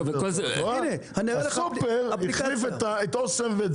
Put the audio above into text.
הסופר החליף את אסם.